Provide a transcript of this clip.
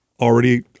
already